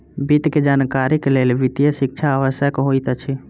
वित्त के जानकारीक लेल वित्तीय शिक्षा आवश्यक होइत अछि